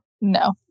No